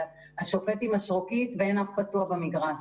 השופט עם משרוקית ואין אף פצוע במגרש.